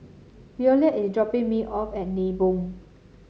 Williard is dropping me off at Nibong